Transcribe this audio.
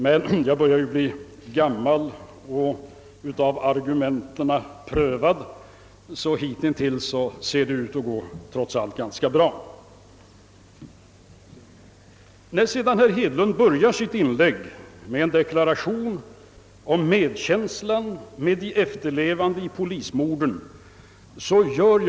Men jag börjar bli gammal och av argumenten prövad, och hitintills har det trots allt gått ganska bra. Herr talman! Herr Hedlund började sitt inlägg med en deklaration om medkänslan med de efterlevande till de polismän och den vaktman, som nyligen mördades.